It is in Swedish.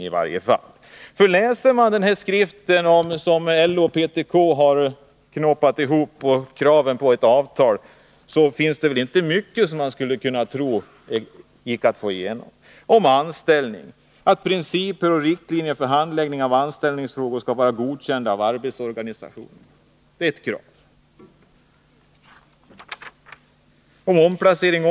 Av de krav på ett avtal som finns med i den skrift som LO och PTK har knåpat ihop är det inte mycket, tror jag, som går att få igenom. Ett krav är att principer och riktlinjer för handläggning av anställningsfrågor skall vara godkända av arbetstagarorganisationerna.